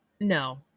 no